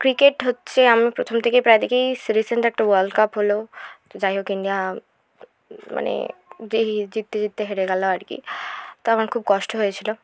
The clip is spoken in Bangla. ক্রিকেট হচ্ছে আমি প্রথম থেকে প্রায় দেখি রিসেন্ট একটা ওয়ার্ল্ড কাপ হলো যাই হোক ইন্ডিয়া মানে জিততে জিততে হেরে গেলো আর কি তো আমার খুব কষ্ট হয়েছিলো